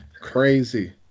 crazy